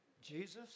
Jesus